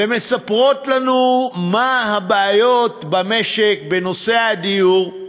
והן מספרות לנו מה הבעיות במשק בנושא הדיור.